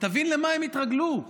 תבין למה הם התרגלו,